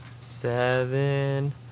Seven